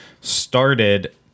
started